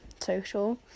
social